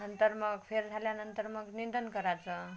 नंतर मग फेर झाल्यानंतर मग निंदण करायचं